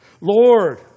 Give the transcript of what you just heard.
Lord